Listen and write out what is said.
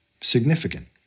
significant